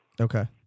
Okay